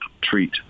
treat